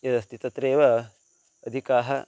यदस्ति तत्रैव अधिकाः